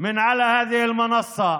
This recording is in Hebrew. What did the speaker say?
לנטוף מפיהם מעל במה זו,